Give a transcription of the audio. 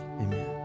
Amen